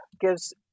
gives